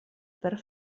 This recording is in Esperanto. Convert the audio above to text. per